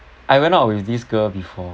uh I went out with this girl before